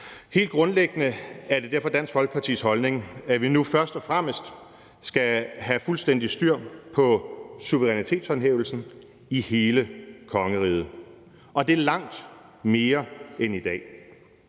Helt grundlæggende er det derfor Dansk Folkepartis holdning, at vi nu først og fremmest skal have fuldstændig styr på suverænitetshåndhævelsen i hele kongeriget, og det langt mere end i dag.